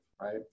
right